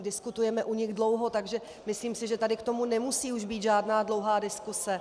Diskutujeme o nich dlouho, takže si myslím, že tady k tomu nemusí už být žádná dlouhá diskuse.